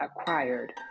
acquired